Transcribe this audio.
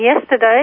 yesterday